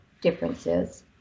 differences